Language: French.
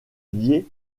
lier